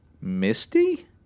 Misty